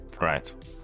Right